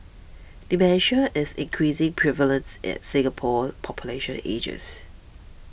dementia is increasingly prevalence at Singapore's population ages